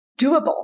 doable